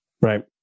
right